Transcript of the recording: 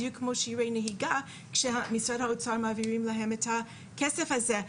בדיוק כמו שיעורי נהיגה כשמשרד האוצר מעבירים להם את הכסף הזה.